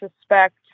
suspect